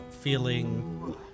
feeling